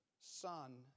son